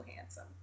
handsome